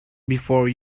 before